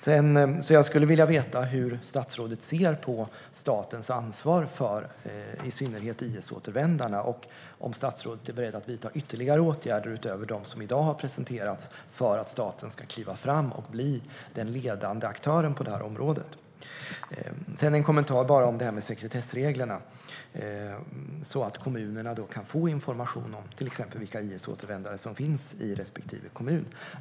Jag skulle därför vilja veta hur statsrådet ser på statens ansvar för i synnerhet IS-återvändarna och om statsrådet är beredd att vidta ytterligare åtgärder utöver dem som i dag har presenterats för att staten ska kliva fram och bli den ledande aktören på detta område. Sedan har jag en kommentar om sekretessreglerna, så att kommunerna kan få information om till exempel vilka IS-återvändare som finns i respektive kommun.